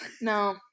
No